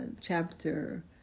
chapter